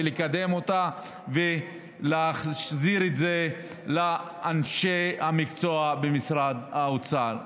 לקדם אותה ולהחזיר את זה לאנשי המקצוע במשרד האוצר.